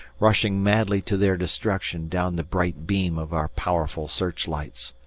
rushing madly to their destruction down the bright beam of our powerful searchlights.